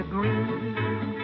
Green